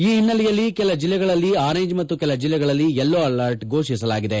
ಈ ಹಿನ್ನೆಲೆಯಲ್ಲಿ ಕೆಲ ಜಿಲ್ಲೆಗಳಲ್ಲಿ ಆರೆಂಜ್ ಮತ್ತು ಕೆಲ ಜಿಲ್ಲೆಗಳಲ್ಲಿ ಯಲ್ಲೋ ಅಲರ್ಟ್ ಘೋಷಿಸಲಾಗಿದೆ